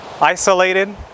isolated